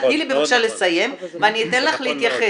תני לי לסיים ואני אתן לך להתייחס,